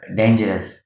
dangerous